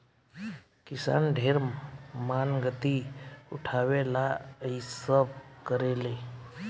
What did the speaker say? किसान ढेर मानगती उठावे ला इ सब करेले